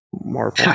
Marvel